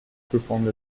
performed